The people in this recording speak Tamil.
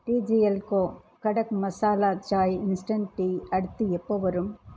டிஜிஎல் கோ கடக் மசாலா சாய் இன்ஸ்டண்ட் டீ அடுத்து எப்போது வரும்